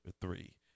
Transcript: three